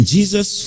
Jesus